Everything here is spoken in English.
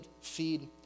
feed